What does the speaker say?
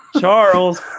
Charles